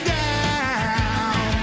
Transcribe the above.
down